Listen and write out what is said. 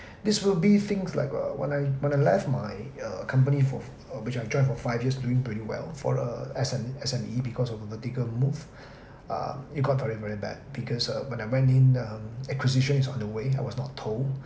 this will be things like uh when I when I left my uh company for uh which I joined for five years doing pretty well for a S_M S_M_E because of a vertical move uh it got very very bad because uh when I went in um acquisition is on the way I was not told